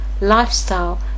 lifestyle